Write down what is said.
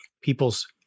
people's